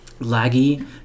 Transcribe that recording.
Laggy